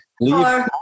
Leave